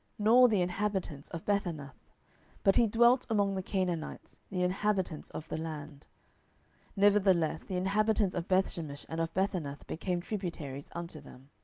nor the inhabitants of bethanath but he dwelt among the canaanites, the inhabitants of the land nevertheless the inhabitants of bethshemesh and of bethanath became tributaries unto them.